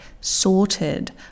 sorted